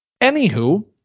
anywho